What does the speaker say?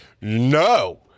No